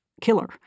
killer